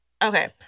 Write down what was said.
Okay